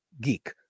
geek